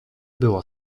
była